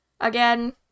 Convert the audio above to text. again